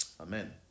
amen